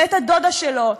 ואת הדודה שלו,